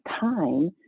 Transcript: time